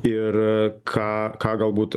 ir ką ką galbūt